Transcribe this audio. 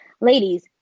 Ladies